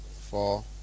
four